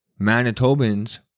Manitobans